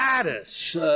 status